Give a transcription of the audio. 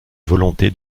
volonté